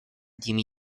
jimmy